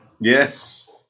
Yes